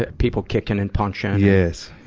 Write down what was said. ah people kicking and punching. yes,